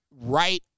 right